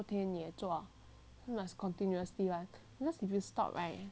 you must continuously leh because if you stop right then 你 abs 就 gone liao